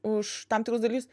už tam tikrus dalykus